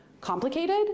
complicated